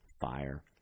Fire